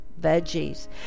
veggies